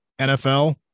NFL